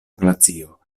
glacio